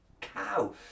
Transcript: cow